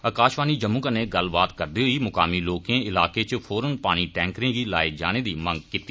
आकाशवाणी जम्मू कन्नै गल्लबात करदे होई मुकामी लोकें इलाकें इच फौरन पानी टैंकरें गी लाये जाने दी मंग कीती